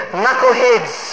knuckleheads